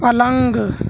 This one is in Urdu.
پلنگ